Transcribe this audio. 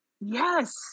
yes